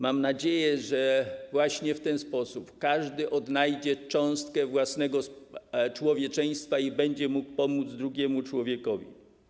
Mam nadzieję, że właśnie w ten sposób każdy odnajdzie cząstkę własnego człowieczeństwa i będzie mógł pomóc drugiemu człowiekowi.